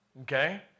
Okay